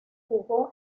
jugó